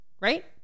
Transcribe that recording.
right